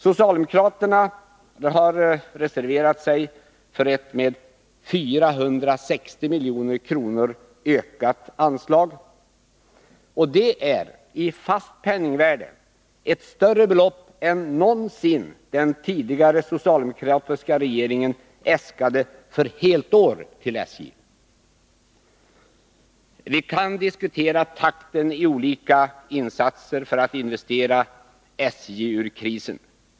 Socialdemokraterna har reserverat sig för ett med 460 milj.kr. ökat anslag. Detta är i fast penningvärde ett större belopp än den tidigare socialdemokratiska regeringen någonsin äskade för ett helt år till SJ. Vi kan diskutera takten i olika insatser för att investera SJ ur krisen.